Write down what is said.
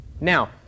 Now